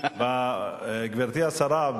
גברתי השרה,